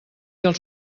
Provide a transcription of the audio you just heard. els